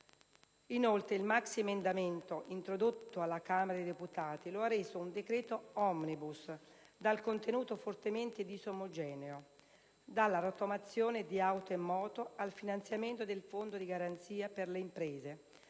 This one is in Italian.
Inoltre, il maxiemendamento introdotto alla Camera dei deputati lo ha reso un decreto *omnibus*, dal contenuto fortemente disomogeneo che va dalla rottamazione di auto e moto al finanziamento del Fondo di garanzia per le imprese,